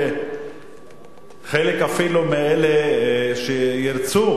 חלק אפילו מאלה שירצו,